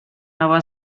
nova